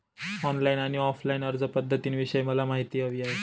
online आणि offline अर्जपध्दतींविषयी मला माहिती हवी आहे